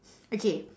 okay